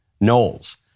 Knowles